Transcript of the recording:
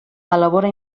elabora